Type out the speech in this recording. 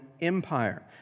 Empire